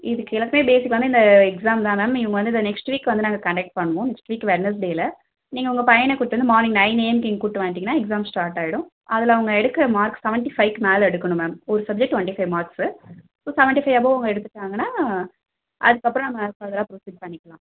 இதுக்கு எல்லாத்துக்குமே பேசிக்கான இந்த எக்ஸாம் தான் மேம் இவங்க வந்து இந்த நெக்ஸ்ட் வீக் வந்து நாங்கள் கண்டக்ட் பண்ணுவோம் நெக்ஸ்ட் வீக் வெட்னெஸ்டேயில் நீங்கள் உங்கள் பையனை கூப்பிட்டுவந்து மார்னிங் நைன் ஏஎம்க்கு இங்கே கூப்பிட்டு வந்தீங்கன்னா எக்ஸாம் ஸ்டார்ட் ஆகிடும் அதில் அவங்க எடுக்கிற மார்க் செவன்ட்டி பைவ்க்கு மேலே எடுக்கணும் மேம் ஒரு subject twenty five marks seventy five above அவங்க எடுத்துட்டாங்கனால் அதுக்கப்புறம் நம்ம ஃபர்தராக ப்ரோசிட் பண்ணிக்கலாம்